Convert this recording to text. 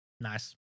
Nice